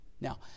Now